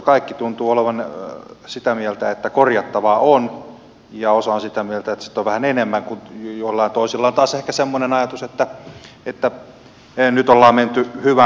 kaikki tuntuvat olevan sitä mieltä että korjattavaa on ja osa on sitä mieltä että sitä on vähän enemmän kun joillain toisilla taas on ehkä semmoinen ajatus että nyt ollaan menty hyvään suuntaan